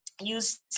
use